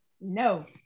No